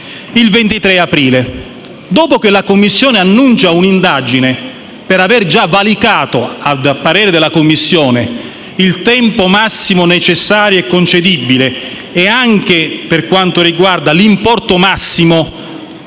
il 23 aprile. Dopo che la Commissione annuncia un'indagine per aver già valicato, a parere della Commissione, il tempo massimo necessario e concedibile e anche l'importo massimo